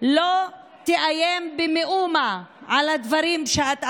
לא תאיים במאומה על הדברים שאת אמרת.